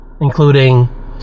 including